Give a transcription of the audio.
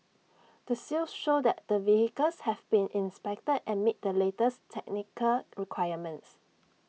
the seals show that the vehicles have been inspected and meet the latest technical requirements